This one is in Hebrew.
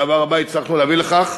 בגאווה רבה, הצלחנו להביא לכך,